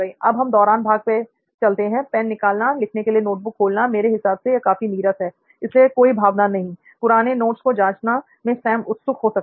अब हम "दौरान" भाग में चलते हैं पैन निकालना लिखने के लिए नोटबुक खोलना मेरे हिसाब से यह काफी नीरस है इसलिए कोई भावना नहीं पुराने नोट्स को जांचना मे सैम उत्सुक हो सकता है